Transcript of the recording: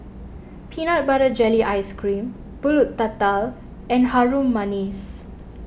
Peanut Butter Jelly Ice Cream Pulut Tatal and Harum Manis